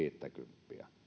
saa viittäkymppiä